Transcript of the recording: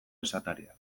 esatariak